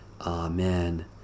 Amen